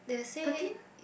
thirteen